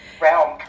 realm